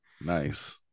Nice